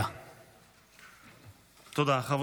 (הרחבת תחולה